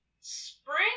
Spring